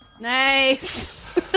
Nice